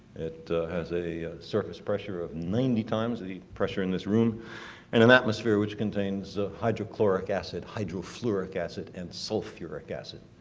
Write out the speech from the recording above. it has a surface pressure of ninety times the pressure in this room and an atmosphere which contains ah hydrochloric acid, hydrofluoric acid, and sulfuric acid.